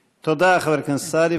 תודה, חבר הכנסת סעדי.